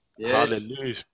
Hallelujah